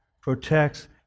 protects